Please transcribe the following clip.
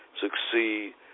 succeed